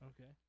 Okay